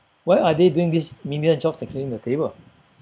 why are they doing these menial jobs like cleaning the table